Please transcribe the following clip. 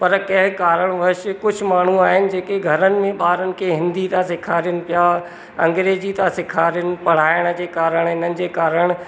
पर कंहिं कारण वश कुझु माण्हू आहिनि जेके घरनि में ॿारनि खे हिंदी था सेखारनि पिया अंग्रेजी था सेखारनि पिया पढ़ाइण जे कारण इनजे कारण